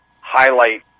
highlight